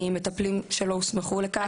ממטפלים שלא הוסמכו לכך.